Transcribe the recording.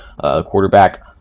quarterback